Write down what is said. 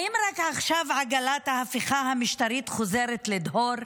האם רק עכשיו עגלת ההפיכה המשטרית חוזרת לדהור?